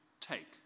Take